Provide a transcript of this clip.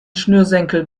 schnürsenkel